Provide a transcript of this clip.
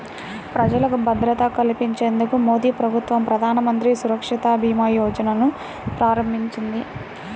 ప్రజలకు భద్రత కల్పించేందుకు మోదీప్రభుత్వం ప్రధానమంత్రి సురక్షభీమాయోజనను ప్రారంభించింది